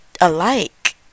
alike